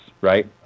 right